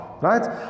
Right